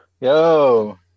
Yo